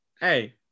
Hey